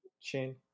chain